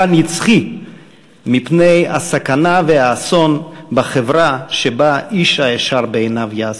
נצחי מפני הסכנה והאסון בחברה שבה איש הישר בעיניו יעשה.